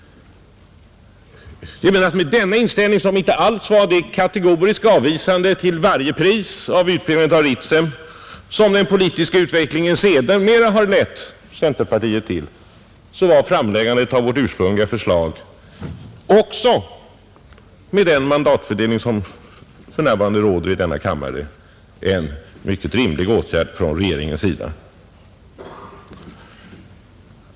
Då centerpartiet hade denna inställning — som inte alls innebar det kategoriska avvisande till varje pris av utbyggandet av Ritsem som den politiska utvecklingen sedermera har lett centerpartiet till — var framläggandet av vårt ursprungliga förslag också med hänsyn till den nuvarande mandatfördelningen i kammaren en mycket rimlig åtgärd från regeringens sida.